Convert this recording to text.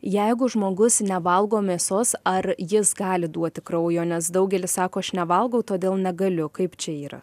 jeigu žmogus nevalgo mėsos ar jis gali duoti kraujo nes daugelis sako aš nevalgau todėl negaliu kaip čia yra